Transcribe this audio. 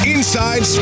Inside